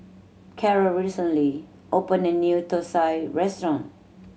Carrol recently opened a new thosai restaurant